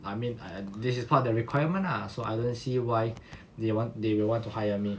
I mean I I this is part of their requirement lah so I don't see why they want they will want to hire me